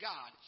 God